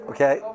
Okay